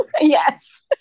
Yes